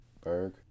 Berg